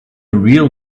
real